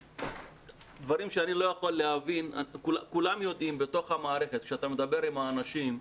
כולם יודעים בתוך המערכת כשאתה מדבר עם האנשים,